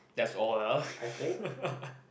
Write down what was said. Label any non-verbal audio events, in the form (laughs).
that's all lah (laughs)